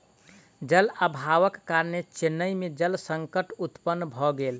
जल अभावक कारणेँ चेन्नई में जल संकट उत्पन्न भ गेल